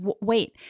wait